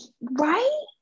Right